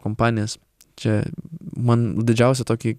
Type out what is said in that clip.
kompanijas čia man didžiausią tokį